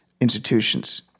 institutions